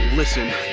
Listen